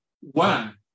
One